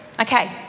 okay